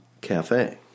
Cafe